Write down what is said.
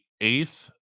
eighth